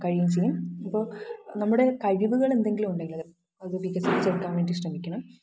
കഴിയുകയും ചെയ്യും ഇപ്പോൾ നമ്മുടെ കഴിവുകൾ എന്തെങ്കിലും ഉണ്ടെങ്കില് അത് അത് വികസിപ്പിച്ചെടുക്കാന് വേണ്ടി ശ്രമിക്കണം